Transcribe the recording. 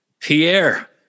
Pierre